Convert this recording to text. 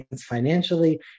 Financially